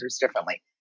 differently